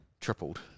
Tripled